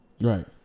Right